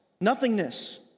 nothingness